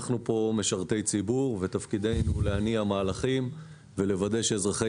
אנחנו כאן משרתי ציבור ותפקידנו להניע מהלכים ולוודא שאזרחי